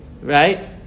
Right